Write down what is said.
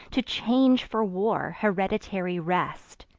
to change for war hereditary rest,